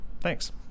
Thanks